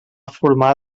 formar